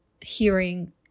hearing